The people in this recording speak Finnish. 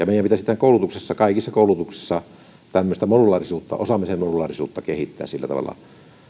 meidän pitää sitten koulutuksessa kaikissa koulutuksissa tämmöistä osaamisen modulaarisuutta kehittää sillä tavalla